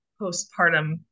postpartum